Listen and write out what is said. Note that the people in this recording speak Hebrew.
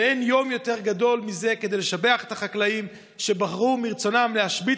ואין יום יותר גדול מזה כדי לשבח את החקלאים שבחרו מרצונם להשבית